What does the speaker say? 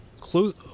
close